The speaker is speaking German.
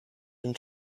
den